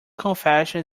confession